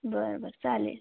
बरं बरं चालेल